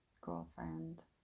girlfriend